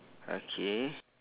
okay